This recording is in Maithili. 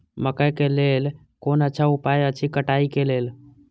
मकैय के लेल कोन अच्छा उपाय अछि कटाई के लेल?